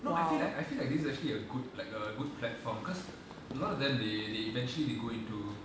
no I feel like I feel like this is actually a good like a good platform because none of them they they eventually they go into